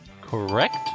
Correct